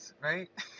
right